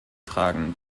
tragen